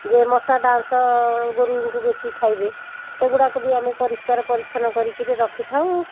ଯେ ମଶା ଡାଉଁସ ଗୋରୁଙ୍କୁ ବେଶୀ ଖାଇବେ ସେ ଗୁଡ଼ାକ ବି ଆମେ ପରିଷ୍କାର ପରିଚ୍ଛନ୍ନ କରିକିରି ରଖିଥାଉ